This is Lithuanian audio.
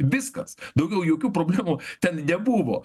viskas daugiau jokių problemų ten nebuvo